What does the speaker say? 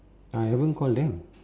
I haven't call them